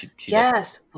yes